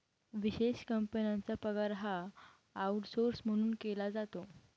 विशेष कंपन्यांचा पगार हा आऊटसौर्स म्हणून केला जातो